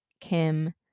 Kim